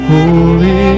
Holy